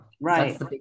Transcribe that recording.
Right